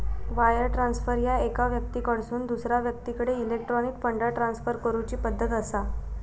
wire transfer ह्या एका व्यक्तीकडसून दुसरा व्यक्तीकडे इलेक्ट्रॉनिक फंड ट्रान्सफर करूची पद्धत असा